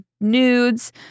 nudes